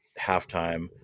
halftime